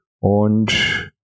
und